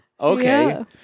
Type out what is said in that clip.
Okay